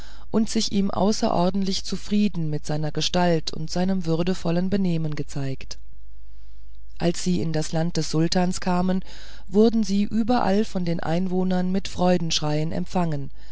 und sich ihm außerordentlich zufrieden mit seiner gestalt und seinem würdevollen benehmen gezeigt als sie in das land des sultans kamen wurden sie überall von den einwohnern mit freudengeschrei empfangen